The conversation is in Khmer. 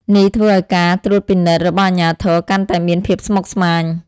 នេះធ្វើឱ្យការត្រួតពិនិត្យរបស់អាជ្ញាធរកាន់តែមានភាពស្មុគស្មាញ។